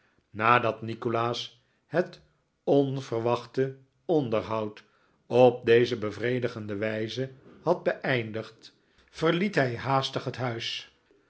nadat nikolaas het onverwachte onderhoud op deze bevredigende wijze had beeindigd verliet hij haastig het huis